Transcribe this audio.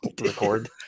record